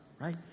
right